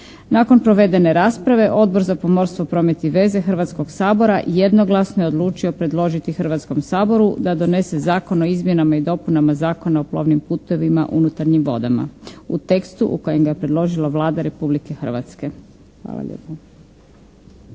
Nakon provedene rasprave Odbor za pomorstvo, promet i veze Hrvatskog sabora jednoglasno je odlučio predložiti Hrvatskom saboru da donese Zakon o izmjenama i dopunama Zakona o plovnim putovima unutarnjim vodama, u tekstu u kojem ga je predložila Vlada Republike Hrvatske. Hvala lijepo.